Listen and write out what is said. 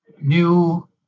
new